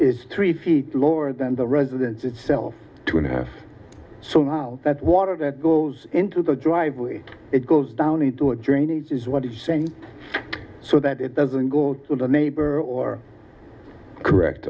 is three feet lower than the residence itself two and a half so now that water that goes into the driveway it goes down into a drainage is what he's saying so that it doesn't go to the neighbor or correct